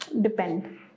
Depend